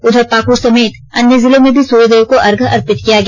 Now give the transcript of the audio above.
उधर पाक्ड़ समेत अन्य जिलों में भी सूर्यदेव को अर्घ्य अर्पित किया गया